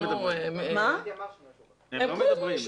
הם לא מדברים.